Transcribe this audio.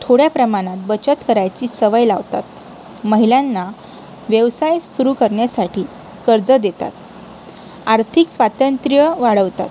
थोड्या प्रमाणात बचत करायची सवय लावतात महिलांना व्यवसाय सुरू करण्यासाठी कर्ज देतात आर्थिक स्वातंत्र्य वाढवतात